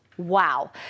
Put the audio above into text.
Wow